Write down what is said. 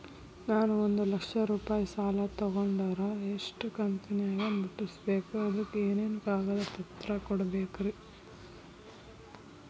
ನಾನು ಒಂದು ಲಕ್ಷ ರೂಪಾಯಿ ಸಾಲಾ ತೊಗಂಡರ ಎಷ್ಟ ಕಂತಿನ್ಯಾಗ ಮುಟ್ಟಸ್ಬೇಕ್, ಅದಕ್ ಏನೇನ್ ಕಾಗದ ಪತ್ರ ಕೊಡಬೇಕ್ರಿ?